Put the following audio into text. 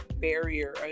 barrier